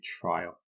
trial